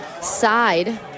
side